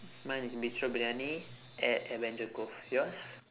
mine is beach road briyani at adventure cove yours